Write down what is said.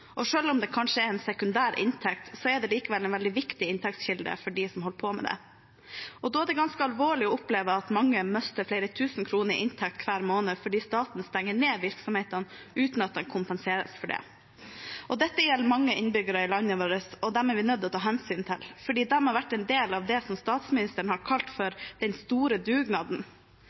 om det kanskje er en sekundær inntekt, er det en veldig viktig inntektskilde for dem det gjelder. Da er det ganske alvorlig å oppleve at mange mister flere tusen kroner i inntekt hver måned fordi staten stenger ned virksomhetene uten at man kompenseres for det. Dette gjelder mange innbyggere i landet vårt, og dem er vi nødt til å ta hensyn til. De har vært en del av det som statsministeren har kalt «den store dugnaden»,